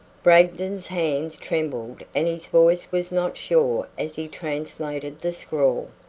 bragdon's hands trembled and his voice was not sure as he translated the scrawl,